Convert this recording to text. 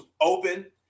open